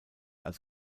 als